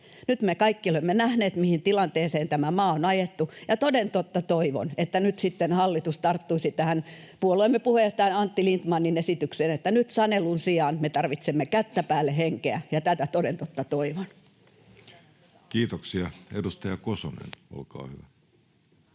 Nyt me kaikki olemme nähneet, mihin tilanteeseen tämä maa on ajettu. Toden totta toivon, että nyt sitten hallitus tarttuisi tähän puolueemme puheenjohtaja Antti Lindtmanin esitykseen, että sanelun sijaan me tarvitsemme nyt kättä päälle -henkeä. Tätä toden totta toivon. [Speech 274] Speaker: